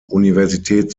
universität